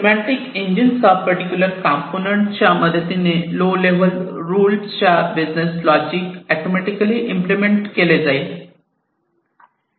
semantic engine चा particular component च्या मदतीने लो लेव्हल रुल च्या बिजनेस लॉजिक ऑटोमॅटिकली इम्प्लिमेंट केले जाईल